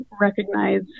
recognize